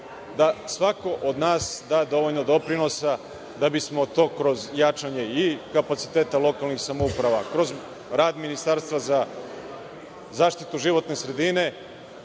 da svako od nas da dovoljno doprinosa da bismo to kroz jačanje i kapaciteta lokalnih samouprava, kroz rad ministarstva za zaštitu životne sredine